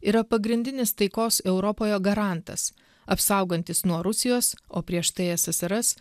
yra pagrindinis taikos europoje garantas apsaugantis nuo rusijos o prieš tai ssrs